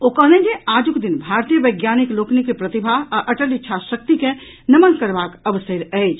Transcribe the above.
ओ कहलनि जे आजुक दिन भारतीय वैज्ञानिक लोकनिक प्रतिभा आ अटल इच्छा शक्ति के नमन करबाक अवसरि अछि